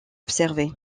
observé